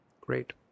Great